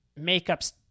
makeups